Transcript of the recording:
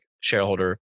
shareholder